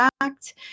act